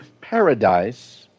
paradise